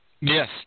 Yes